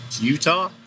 Utah